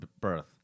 birth